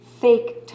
fake